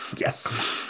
Yes